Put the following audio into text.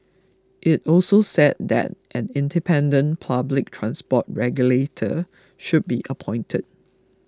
it also said that an independent public transport regulator should be appointed